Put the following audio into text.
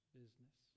business